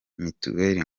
mitiweri